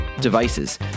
devices